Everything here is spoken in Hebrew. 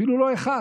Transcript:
אפילו לא אחד.